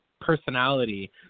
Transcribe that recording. personality